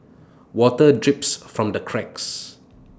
water drips from the cracks